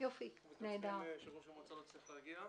מתנצלים שראש המועצה לא הצליח להגיע.